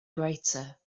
greater